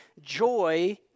joy